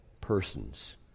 persons